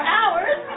hours